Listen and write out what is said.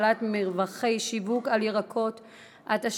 רווחי שיווק בתוצרת חקלאית,